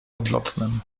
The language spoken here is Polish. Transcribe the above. odlotnem